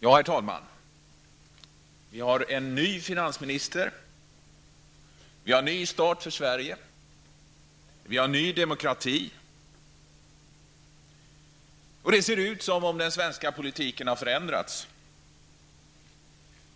Herr talman! Vi har en ny finansminister. Vi har ''ny start för Sverige''. Vi har ''ny demokrati''. Det ser ut som om den svenska politiken har förändrats,